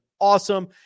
awesome